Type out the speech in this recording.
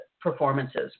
performances